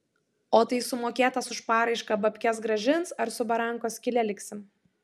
o tai sumokėtas už paraišką babkes grąžins ar su barankos skyle liksim